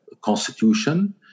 constitution